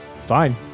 fine